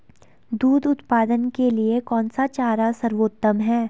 दूध उत्पादन के लिए कौन सा चारा सर्वोत्तम है?